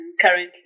currently